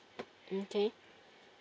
okay